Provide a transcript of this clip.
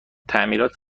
تعمیرات